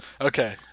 Okay